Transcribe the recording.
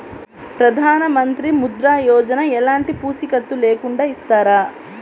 ప్రధానమంత్రి ముద్ర యోజన ఎలాంటి పూసికత్తు లేకుండా ఇస్తారా?